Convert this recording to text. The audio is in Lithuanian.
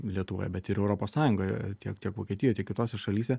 lietuvoje bet ir europos sąjungoje tiek tiek vokietijoj tiek kitose šalyse